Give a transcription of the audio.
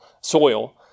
soil